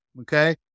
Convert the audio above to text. okay